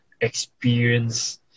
experience